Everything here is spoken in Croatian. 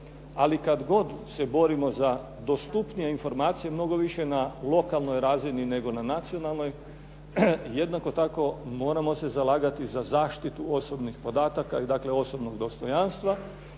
ali kad god se borimo za dostupnije informacije, mnogo više na lokalnoj razini nego na nacionalnoj, jednako tako moramo se zalagati za zaštitu osobnih podataka, dakle osobnog dostojanstva.